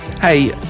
Hey